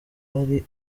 ari